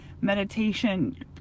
meditation